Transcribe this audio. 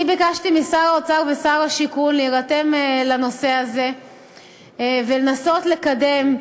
אני ביקשתי משר האוצר ושר השיכון להירתם לנושא הזה ולנסות לקדם,